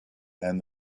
and